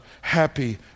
happy